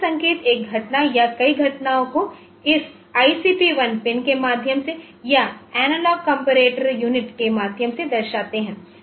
बाहरी संकेत एक घटना या कई घटनाओं को इस ICP 1 पिन के माध्यम से या एनालॉग कॉम्पटर यूनिट के माध्यम से दर्शाते है